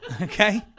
Okay